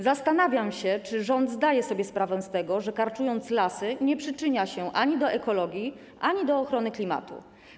Zastanawiam się, czy rząd zdaje sobie sprawę z tego, że karczując lasy, nie przyczynia się ani do ekologii, ani do ochrony klimatu.